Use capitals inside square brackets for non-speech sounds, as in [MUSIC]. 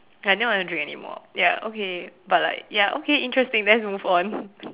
I didn't want to drink anymore ya okay but like ya okay interesting let's move on [BREATH]